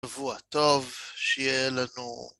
שבוע טוב שיהיה לנו...